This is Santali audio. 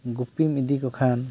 ᱜᱩᱯᱤᱢ ᱤᱫᱤ ᱠᱚ ᱠᱷᱟᱱ